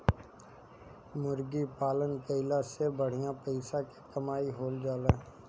मुर्गी पालन कईला से बढ़िया पइसा के कमाई हो जाएला